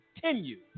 continue